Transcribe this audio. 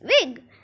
wig